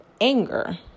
anger